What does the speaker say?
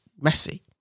messy